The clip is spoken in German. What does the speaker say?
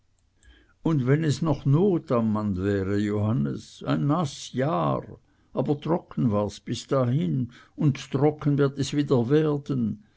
und wenn es noch not am mann wäre johannes ein naß jahr aber trocken wars bis dahin und trocken wird es wieder werden